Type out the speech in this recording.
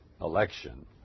election